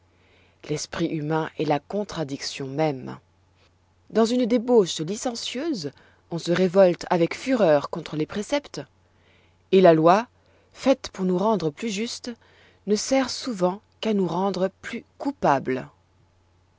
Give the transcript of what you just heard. l'esprit humain est la contradiction même dans une débauche licencieuse on se révolte avec fureur contre les préceptes et la loi faite pour nous rendre plus justes ne sert souvent qu'à nous rendre plus coupables